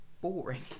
boring